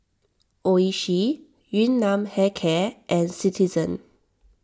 Oishi Yun Nam Hair Care and Citizen